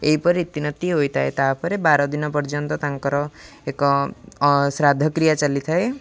ଏହିପରି ରୀତିନୀତି ହୋଇଥାଏ ତା'ପରେ ବାର ଦିନ ପର୍ଯ୍ୟନ୍ତ ତାଙ୍କର ଏକ ଶ୍ରାଦ୍ଧ କ୍ରିୟା ଚାଲିଥାଏ